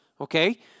okay